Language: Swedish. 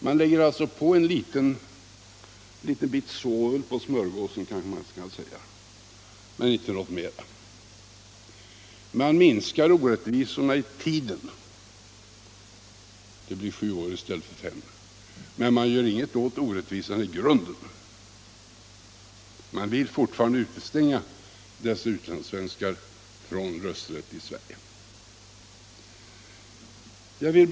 Man lägger på en liten bit sovel på smörgåsen men inte något mera. Man minskar orättvisorna i tiden — sju år i stället för fem - men man gör ingenting åt orättvisan i grunden. Man vill fortfarande utestänga utlandssvenskarna från rösträtt i Sverige.